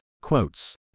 quotes